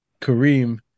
Kareem